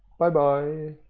bye bye.